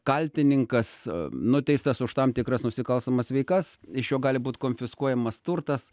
kaltininkas nuteistas už tam tikras nusikalstamas veikas iš jo gali būt konfiskuojamas turtas